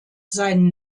seinen